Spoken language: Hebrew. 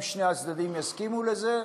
אם שני הצדדים יסכימו לזה,